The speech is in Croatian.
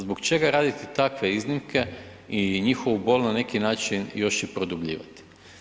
Zbog čega raditi takve iznimke i njihovu bol na neki način još i produbljivati?